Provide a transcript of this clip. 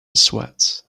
sweat